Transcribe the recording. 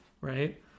right